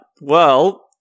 Well-